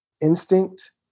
instinct